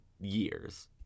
years